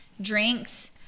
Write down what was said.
drinks